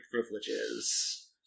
privileges